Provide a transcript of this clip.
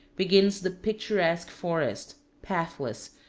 begins the picturesque forest, pathless,